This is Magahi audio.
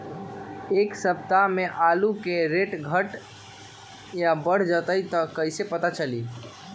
एक सप्ताह मे आलू के रेट घट ये बढ़ जतई त कईसे पता चली?